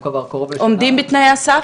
עומדים בתנאי הסף?